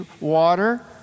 water